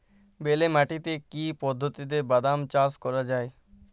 বেলে মাটিতে কি পদ্ধতিতে বাদাম চাষ করা যায়?